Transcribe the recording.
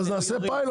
אז נעשה פיילוט,